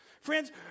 friends